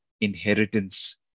inheritance